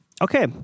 Okay